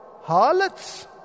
harlots